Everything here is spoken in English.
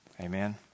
amen